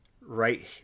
right